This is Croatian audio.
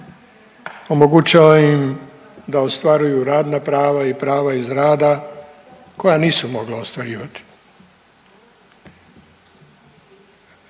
omogućava im da ostvaruju radna prava i prava iz rada koja nisu mogla ostvarivati,